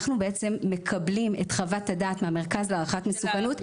אנחנו מקבלים את חוות הדעת מהמרכז להערכת מסוכנות,